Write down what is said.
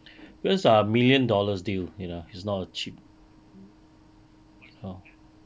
these are million dollars deal it's not very cheap hor